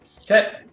Okay